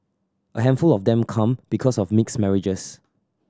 a handful of them come because of mixed marriages